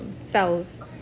cells